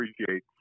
appreciate